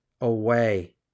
away